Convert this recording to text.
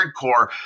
hardcore